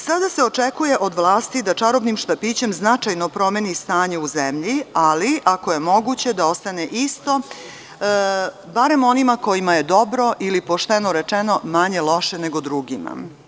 Sada se očekuje od vlasti da čarobnim štapićem značajno promeni stanje u zemlji, ali ako je moguće da ostane isto, barem onima kojima je dobro ili pošteno rečeno, manje loše nego drugima.